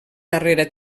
darrera